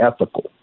ethical